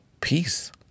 peace